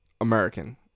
American